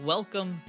Welcome